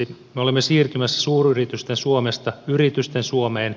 me olemme siirtymässä suuryritysten suomesta yritysten suomeen